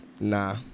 Nah